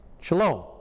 Shalom